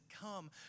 come